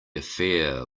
affair